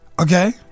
okay